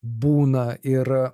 būna ir